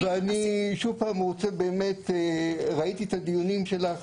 אני רוצה שוב פעם להלל, ראיתי את הדיונים שלך,